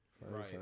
Right